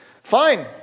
Fine